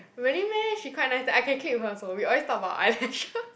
really meh she quite nice I can click with her also we always talk about eyelashes